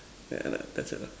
yeah and that's it lah